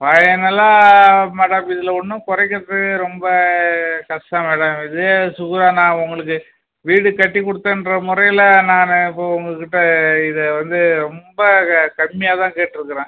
ஃபைனலாக மேடம் இதில் ஒன்றும் குறைக்கிறது ரொம்ப கஷ்டம் மேடம் இதுவே சுகுதா நான் உங்களுக்கு வீடு கட்டி கொடுத்தேன்ற முறையில நான் கு உங்ககிட்ட இதை வந்து ரொம்ப க கம்மியாக தான் கேட்டுருக்குறேன்